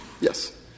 Yes